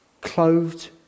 clothed